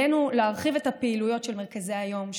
עלינו להרחיב את הפעילויות של מרכזי היום,